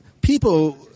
people